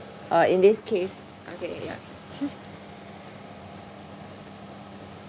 uh in this case okay ya